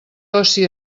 oci